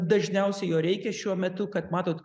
dažniausiai jo reikia šiuo metu kad matot